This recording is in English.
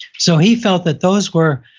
so he felt that those were,